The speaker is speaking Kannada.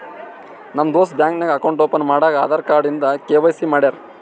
ನಮ್ ದೋಸ್ತ ಬ್ಯಾಂಕ್ ನಾಗ್ ಅಕೌಂಟ್ ಓಪನ್ ಮಾಡಾಗ್ ಆಧಾರ್ ಕಾರ್ಡ್ ಇಂದ ಕೆ.ವೈ.ಸಿ ಮಾಡ್ಯಾರ್